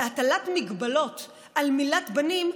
והטלת מגבלות על מילת בנים,